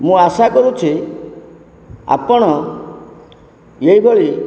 ମୁଁ ଆଶା କରୁଛି ଆପଣ ଏଇଭଳି